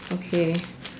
okay